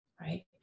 right